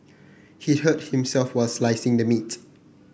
he hurt himself while slicing the meat